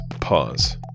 pause